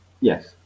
yes